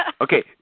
Okay